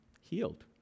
healed